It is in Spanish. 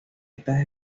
estas